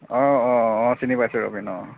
অঁ অঁ অঁ চিনি পাইছোঁ ৰবীন অঁ